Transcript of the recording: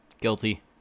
Guilty